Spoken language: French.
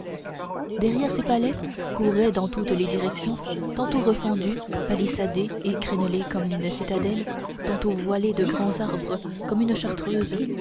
derrière ces palais courait dans toutes les directions tantôt refendue palissadée et crénelée comme une citadelle tantôt voilée de grands arbres comme une chartreuse